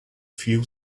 few